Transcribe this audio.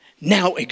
now